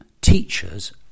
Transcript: teachers